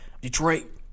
Detroit